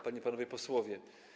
Panie i Panowie Posłowie!